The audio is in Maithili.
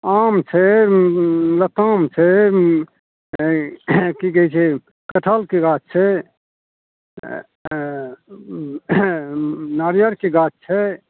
आम छै लताम छै आओर ई कि कहै छै कटहलके गाछ छै नारिअरके गाछ छै